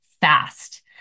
fast